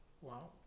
Wow